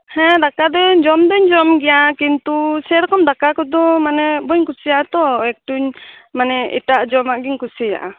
ᱦᱮᱸ ᱫᱟᱠᱟ ᱫᱩᱧ ᱡᱚᱢ ᱫᱩᱧ ᱡᱚᱢ ᱜᱮᱭᱟ ᱠᱤᱱᱛᱩ ᱥᱮ ᱨᱚᱠᱚᱢ ᱫᱟᱠᱟ ᱠᱚᱫᱚ ᱢᱟᱱᱮ ᱵᱟᱹᱧ ᱠᱩᱥᱤᱭᱟᱜᱼᱟ ᱛᱚ ᱮᱠᱴᱩᱧ ᱢᱟᱱᱮ ᱮᱴᱟᱜ ᱡᱚᱢᱟᱜ ᱜᱮᱧ ᱠᱩᱥᱤᱭᱟᱜᱼᱟ